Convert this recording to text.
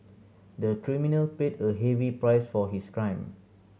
the criminal paid a heavy price for his crime